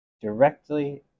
directly